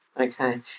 Okay